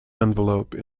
envelope